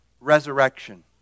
resurrection